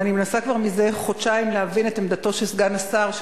אבל אני מנסה כבר מזה חודשיים להבין את עמדתו של סגן השר,